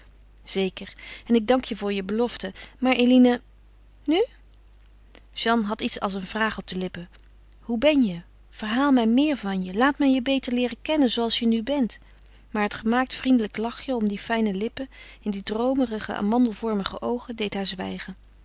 zeker en ik dank je voor je belofte maar eline nu jeanne had iets als een vraag op de lippen hoe ben je verhaal mij meer van je laat mij je beter leeren kennen zooals je nu bent maar het gemaakt vriendelijk lachje om die fijne lippen in die droomerige amandelvormige oogen deed haar zwijgen